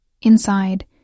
inside